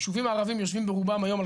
הישובים הערבים יושבים ברובם היום על